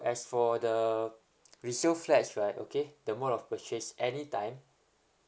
as for the resale flats right okay the mode of purchase any time